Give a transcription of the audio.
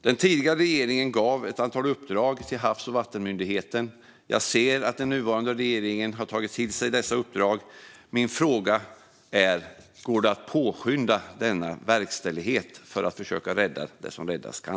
Den tidigare regeringen gav ett antal uppdrag till Havs och vattenmyndigheten. Jag ser att den nuvarande regeringen har tagit till sig dessa uppdrag. Går det att påskynda denna verkställighet för att försöka rädda det som räddas kan?